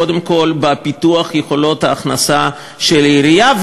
קודם כול בפיתוח יכולת ההכנסה של העירייה,